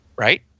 Right